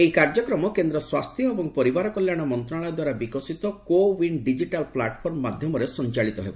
ଏହି କାର୍ଯ୍ୟକ୍ରମ କେନ୍ଦ୍ର ସ୍ୱାସ୍ଥ୍ୟ ଏବଂ ପରିବାର କଲ୍ୟାଣ ମନ୍ତ୍ରଶାଳୟ ଦ୍ୱାରା ବିକଶିତ କୋ ୱିନ୍ ଡିଜିଟାଲ୍ ପ୍ଲାଟଫର୍ମ ମାଧ୍ୟମରେ ସଂଚାଳିତ ହେବ